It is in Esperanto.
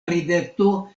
rideto